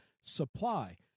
supply